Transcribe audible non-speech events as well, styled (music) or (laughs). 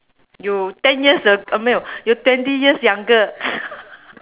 you ten years a~ uh 没有 you twenty years younger (laughs)